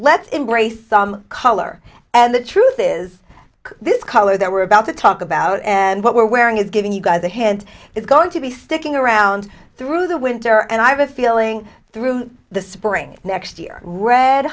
let's embrace some color and the truth is this color there were about to talk about and what we're wearing is giving you guys a hand it's going to be sticking around through the winter and i have a feeling through the spring next year red